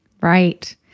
Right